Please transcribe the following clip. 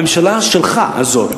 הממשלה שלך הזאת,